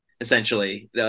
essentially